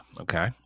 okay